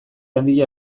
handia